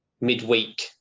midweek